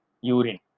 urine